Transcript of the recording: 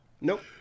nope